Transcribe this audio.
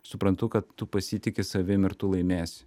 suprantu kad tu pasitiki savim ir tu laimėsi